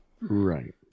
Right